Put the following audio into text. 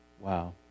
Wow